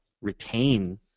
retain